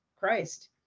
Christ